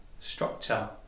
structure